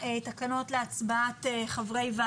נדון בהן ונתחיל לקרוא בהן.